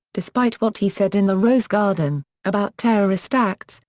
despite what he said in the rose garden, about terrorist acts,